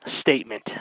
statement